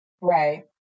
Right